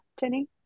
Jenny